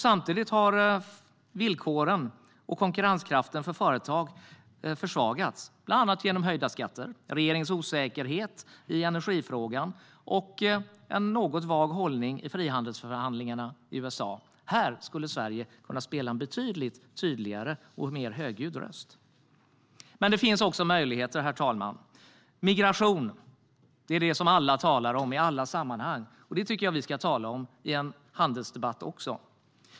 Samtidigt har villkoren och konkurrenskraften för företag försvagats, bland annat genom höjda skatter, regeringens osäkerhet i energifrågan och en något vag hållning i frihandelsförhandlingarna i USA. Här skulle Sverige kunna spela en betydligt tydligare och mer högljudd roll. Det finns också möjligheter, herr talman. Migration talar alla om i alla sammanhang, och det tycker jag att vi ska tala om i en handelsdebatt också.